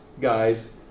guys